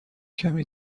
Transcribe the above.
کمی